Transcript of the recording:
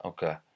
Okay